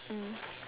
mm